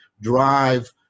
drive